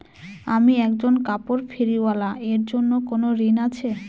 আমি একজন কাপড় ফেরীওয়ালা এর জন্য কোনো ঋণ আছে?